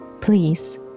please